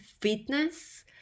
fitness